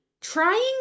trying